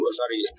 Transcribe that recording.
sorry